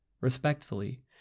Respectfully